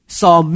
saw